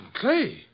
Clay